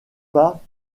pas